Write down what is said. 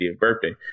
birthday